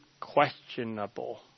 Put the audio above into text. questionable